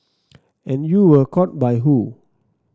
and you were caught by who